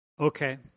okay